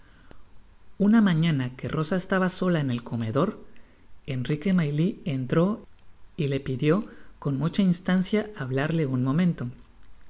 una mañana que rosa estaba sola en el comedor enrique maylie entró y le pidió con mucha instancia hablarle un momento